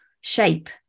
shape